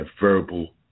verbal